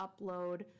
upload